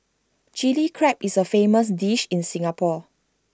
Chilli Crab is A famous dish in Singapore